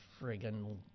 friggin